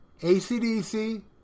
ACDC